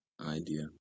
idea